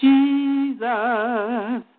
Jesus